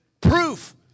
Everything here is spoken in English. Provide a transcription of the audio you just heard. proof